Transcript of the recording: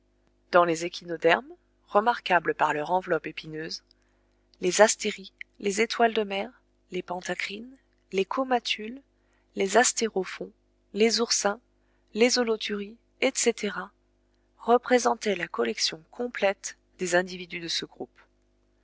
dans les échinodermes remarquables par leur enveloppe épineuse les astéries les étoiles de mer les pantacrines les comatules les astérophons les oursins les holoturies etc représentaient la collection complète des individus de ce groupe